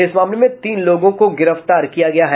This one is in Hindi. इस मामले में तीन लोगों को गिरफ्तार किया गया है